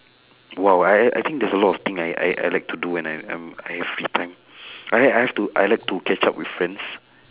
!wow! I I I think there's a lot of thing I I I like to do when I um I have free time I h~ I have to I like to catch up with friends